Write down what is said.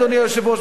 אדוני היושב-ראש,